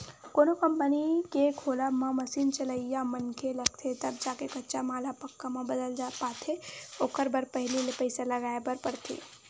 कोनो कंपनी के खोलब म मसीन चलइया मनखे लगथे तब जाके कच्चा माल ह पक्का म बदल पाथे ओखर बर पहिली ले पइसा लगाय बर परथे